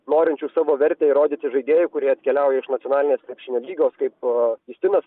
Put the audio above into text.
norinčių savo vertę įrodyti žaidėjų kurie atkeliauja iš nacionalinės krepšinio lygos kaip justinas